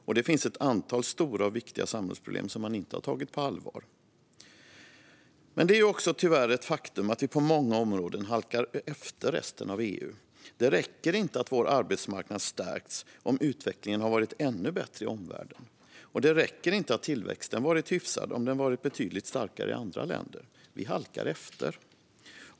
Och det finns ett antal stora och viktiga samhällsproblem som man inte har tagit på allvar. Det är tyvärr också ett faktum att vi på många områden halkar efter resten av EU. Det räcker inte att vår arbetsmarknad stärkts om utvecklingen varit ännu bättre i omvärlden. Det räcker inte att tillväxten varit hyfsad om den varit betydligt starkare i andra länder. Vi halkar efter.